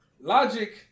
Logic